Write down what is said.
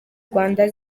rwanda